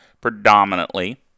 predominantly